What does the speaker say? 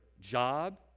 job